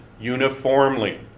uniformly